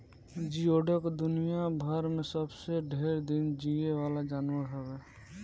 जियोडक दुनियाभर में सबसे ढेर दिन जीये वाला जानवर हवे